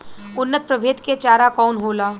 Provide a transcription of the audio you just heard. उन्नत प्रभेद के चारा कौन होला?